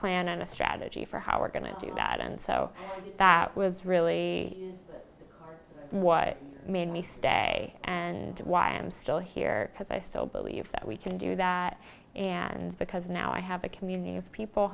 plan and a strategy for how we're going to do that and so that was really what made me stay and why i'm still here because i still believe that we can do that and because now i have a community of people